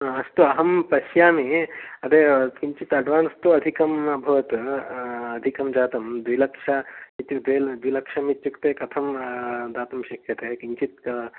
अस्तु अहं पश्यामि किञ्चित् अड्वान्स् तु अधिकम् अभवत् अधिकं जातं द्विलक्ष इत्युक्ते द्विलक्षमित्युक्ते कथं दातुं शक्यते किञ्चित्